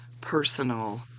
personal